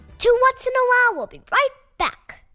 two whats? and a wow! will be right back.